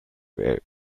where